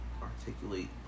articulate